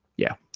yeah,